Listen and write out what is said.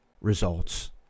results